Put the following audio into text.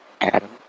Adam